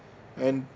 and